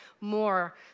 more